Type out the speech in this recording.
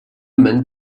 man